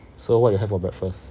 so what you have for breakfast